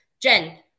Jen